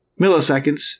milliseconds